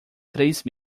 três